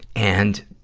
and,